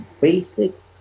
basic